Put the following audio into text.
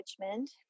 Richmond